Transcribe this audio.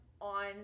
on